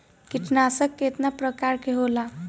कीटनाशक केतना प्रकार के होला?